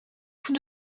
tous